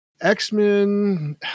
x-men